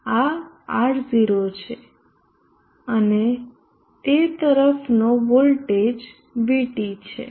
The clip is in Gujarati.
આ R 0 છે અને તે તરફનો વોલ્ટેજ VT છે